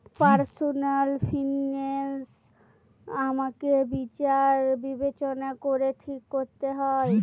personal finance আমাকে বিচার বিবেচনা করে ঠিক করতে হয়